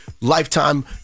lifetime